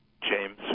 James